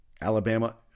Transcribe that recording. Alabama